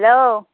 hello